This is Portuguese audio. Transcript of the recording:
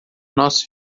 nós